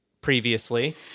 previously